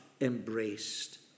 embraced